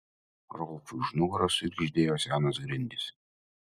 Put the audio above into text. rolfui už nugaros sugirgždėjo senos grindys